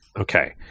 Okay